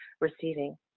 receiving